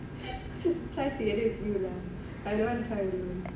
should try together with you lah I don't want to try alone